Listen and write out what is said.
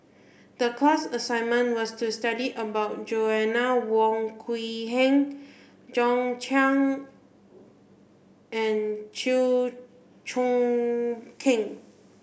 the class assignment was to study about Joanna Wong Quee Heng John and Chew Choo Keng